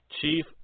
Chief